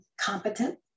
competent